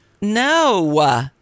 No